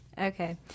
okay